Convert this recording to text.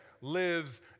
lives